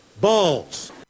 balls